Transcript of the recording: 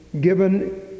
given